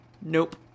Nope